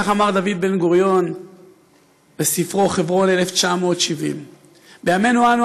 כך אמר דוד בן-גוריון בספרו "חברון 1970". בימינו אנו,